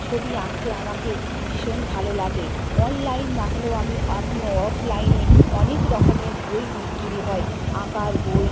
ছবি আঁকতে আমাকে ভীষণ ভালো লাগে অনলাইন না হলেও আমি আপনি অ অফলাইনে অনেক রকমের বই বিক্রি হয় আঁকার বই